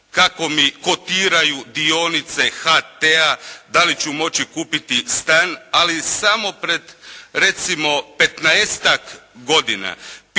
kako mi kotiraju dionice HT-a, da li ću moći kupiti stan, ali samo pred recimo 15-tak godina